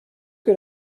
que